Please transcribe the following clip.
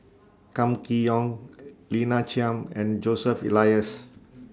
Kam Kee Yong Lina Chiam and Joseph Elias